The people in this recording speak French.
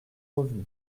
revenus